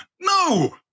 No